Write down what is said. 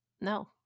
no